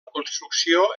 construcció